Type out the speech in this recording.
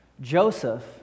Joseph